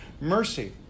mercy